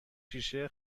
شیشه